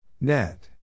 Net